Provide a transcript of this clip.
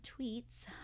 tweets